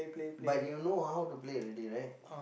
but you know ah how to play already right